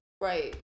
Right